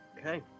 Okay